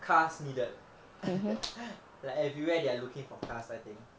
cast needed like everywhere they are looking for casts I think